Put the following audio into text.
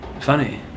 funny